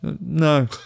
no